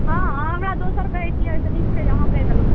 हॅं हमरा दोसर कहितियै ओहिसॅं नीक छै जे अहाँ कहि देलहुँ